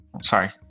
sorry